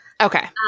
Okay